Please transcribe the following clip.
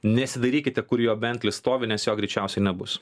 nesidairykite kur jo bentlis stovi nes jo greičiausiai nebus